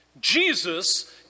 Jesus